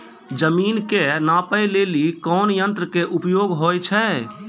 जमीन के नापै लेली कोन यंत्र के उपयोग होय छै?